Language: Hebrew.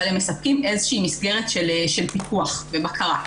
אבל הם מספקים איזו שהיא מסגרת של פיקוח ובקרה,